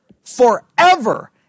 forever